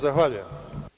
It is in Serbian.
Zahvaljujem.